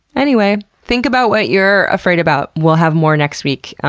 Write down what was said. anyway, think about what you're afraid about. we'll have more next week.